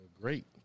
great